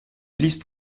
liste